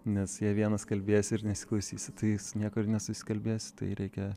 nes jei vienas kalbėsi ir nesiklausysi tai su niekuo ir nesusikalbėsi tai reikia